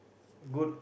good